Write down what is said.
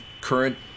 current